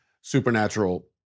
supernatural